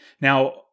Now